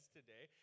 today